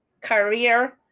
career